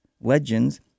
legends